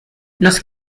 los